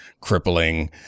crippling